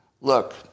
Look